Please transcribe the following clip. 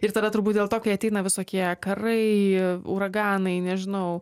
ir tada turbūt dėl to kai ateina visokie karai uraganai nežinau